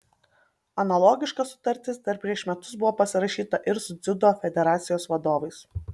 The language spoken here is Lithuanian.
analogiška sutartis dar prieš metus buvo pasirašyta ir su dziudo federacijos vadovais